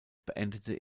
beendete